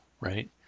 right